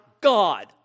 god